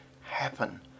happen